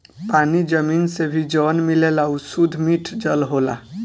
पानी जमीन से भी जवन मिलेला उ सुद्ध मिठ जल होला